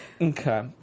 Okay